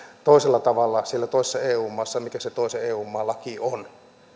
toisella tavalla toisessa eu maassa kuin mikä sen toisen eu maan laki on